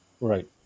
Right